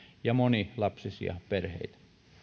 ja monilapsisia perheitä